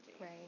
Right